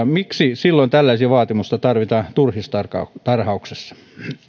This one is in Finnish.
miksi silloin tällaisia vaatimuksia tarvitaan turkistarhauksessa